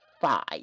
five